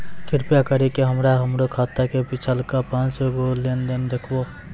कृपा करि के हमरा हमरो खाता के पिछलका पांच गो लेन देन देखाबो